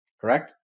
correct